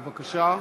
בבקשה.